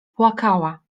płakała